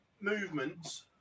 movements